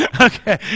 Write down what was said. Okay